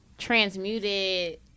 transmuted